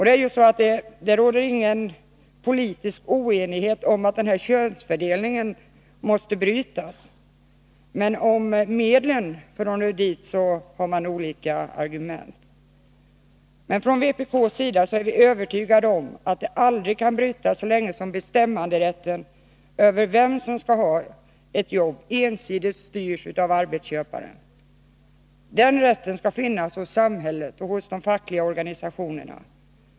Det råder ju heller ingen politisk oenighet om att den sneda könsfördelningen på arbetsmarknaden måste brytas, men om medlen att nå dit är argumenten olika. Vi från vpk är övertygade om att den aldrig kan brytas så länge bestämmanderätten över vem som skall ha jobben ensidigt styrs av arbetsköparen. Den rätten skall finnas hos samhället och de fackliga organisationerna.